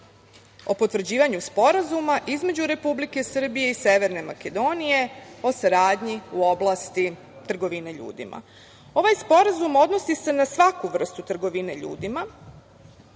o potvrđivanju Sporazuma između Republike Srbije i Severne Makedonije o saradnji u oblasti trgovine ljudima. Ovaj sporazum odnosi se na svaku vrstu trgovine ljudima